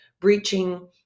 breaching